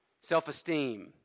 Self-esteem